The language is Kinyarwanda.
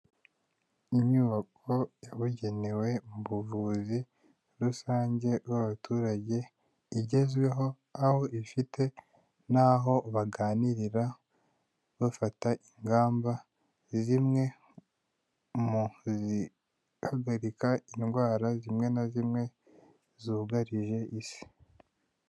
Inyubako yabugenewe mu buvuzi rusange bw'abaturage igezweho, aho ifite n'aho baganirira bafata ingamba zimwe mu zihagarika indwara zimwe na zimwe zugarije isi.